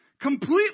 completely